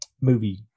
movie